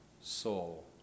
soul